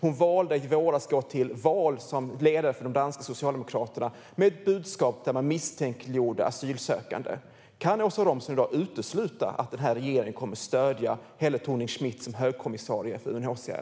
Hon valde i våras att gå till val som ledare för de danska socialdemokraterna med ett budskap där asylsökande misstänkliggjordes. Kan Åsa Romson i dag utesluta att den här regeringen kommer att stödja Helle Thorning-Schmidt som högkommissarie för UNHCR?